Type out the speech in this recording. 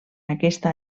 aquesta